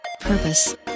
purpose